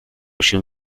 się